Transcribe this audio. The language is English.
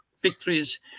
victories